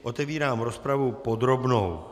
Otevírám rozpravu podrobnou.